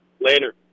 Later